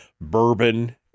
bourbon